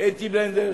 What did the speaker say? אתי בנדלר,